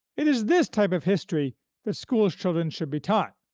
it is this type of history that schoolchildren should be taught,